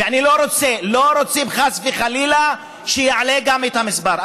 ואני לא רוצה, לא רוצים, חס וחלילה, שיעלה המספר.